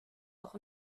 auch